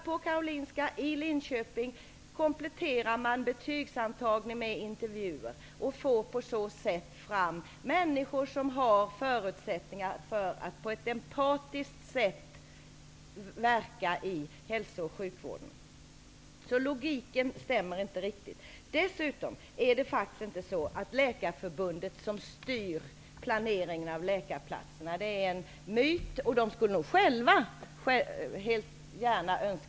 På Karolinska och i Linköping kompletterar man betygsantagning med intervjuer och får på så sätt fram människor som har förutsättningar för att på ett empatiskt sätt verka i hälso och sjukvården. Logiken stämmer alltså inte riktigt. Dessutom är det faktiskt en myt att Läkarförbundet skulle styra planeringen av platserna för läkarstuderande. Men i Läkarförbundet skulle man nog önska att den möjligheten fanns.